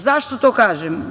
Zašto to kažem?